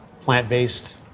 plant-based